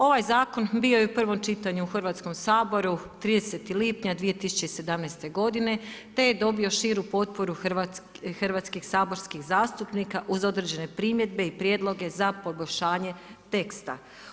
Ovaj zakon bio je i u prvom čitanju u Hrvatskom saboru 30. lipnja 2017. godine te je dobio širu potporu hrvatskih saborskih zastupnika uz određene primjedbe i prijedloge za poboljšanje teksta.